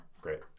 Great